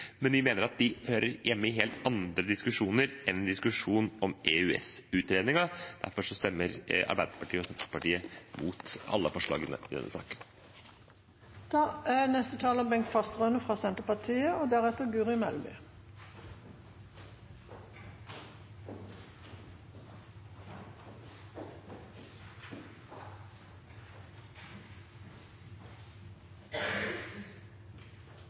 men vi mener at de hører hjemme i helt andre diskusjoner enn i en diskusjon om EØS-utredningen. Derfor stemmer Arbeiderpartiet og Senterpartiet mot alle forslagene. Det foregår i dag et tett samarbeid mellom Norge og våre nordiske og